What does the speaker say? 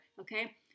okay